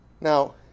Now